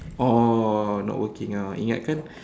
oh not working ah ingatkan